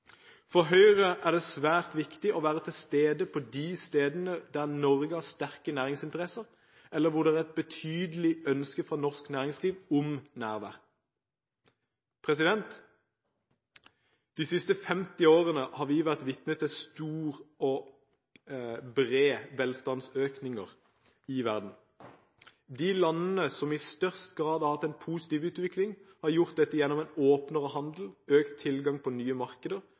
For Høyre er det svært viktig å være til stede der Norge har sterke næringsinteresser, eller hvor det er et betydelig ønske fra norsk næringsliv om nærvær. De siste 50 årene har vi vært vitne til store og brede velstandsøkninger i verden. De landene som i størst grad har hatt en positiv utvikling, har fått dette til gjennom en åpnere handel, økt tilgang på nye markeder